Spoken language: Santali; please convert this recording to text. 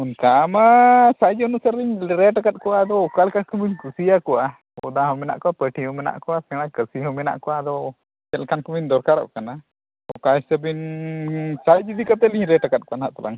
ᱚᱱᱠᱟ ᱢᱟ ᱥᱟᱭᱤᱡᱽ ᱚᱱᱩᱥᱟᱨ ᱨᱮᱧ ᱨᱮᱹᱴ ᱟᱠᱟᱫ ᱠᱚᱣᱟ ᱟᱫᱚ ᱚᱠᱟ ᱞᱮᱠᱟᱱ ᱠᱚᱵᱤ ᱠᱩᱥᱤᱭᱟ ᱟᱠᱚᱣᱟ ᱵᱚᱫᱟ ᱦᱚᱸ ᱢᱮᱱᱟᱜ ᱠᱚᱣᱟ ᱯᱟᱹᱴᱤ ᱦᱚᱸ ᱢᱮᱱᱟᱜ ᱠᱚᱣᱟ ᱥᱮᱬᱟ ᱠᱟᱹᱥᱤ ᱦᱚᱸ ᱢᱮᱱᱟᱜ ᱠᱚᱣᱟ ᱟᱫᱚ ᱪᱮᱫ ᱞᱮᱠᱟᱱ ᱠᱚᱵᱤᱱ ᱫᱚᱨᱠᱟᱨᱚᱜ ᱠᱟᱱᱟ ᱚᱠᱟ ᱦᱤᱥᱟᱹᱵ ᱵᱤᱱ ᱥᱟᱭᱤᱡᱽ ᱤᱫᱤ ᱠᱟᱛᱮᱫ ᱞᱤᱧ ᱨᱮᱹᱴ ᱠᱟᱫ ᱠᱚᱣᱟ ᱦᱟᱜ ᱛᱟᱞᱟᱝ